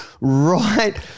right